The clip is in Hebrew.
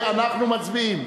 אנחנו מצביעים.